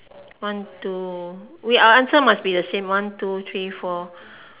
one two wait our answer must be the same one two three four